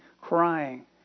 crying